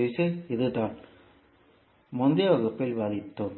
திசை இதுதான் முந்தைய வகுப்பில் விவாதித்தோம்